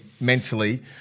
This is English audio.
mentally